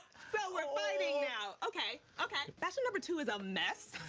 so we're fighting now. okay, okay. bachelor number two is i mean